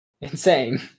Insane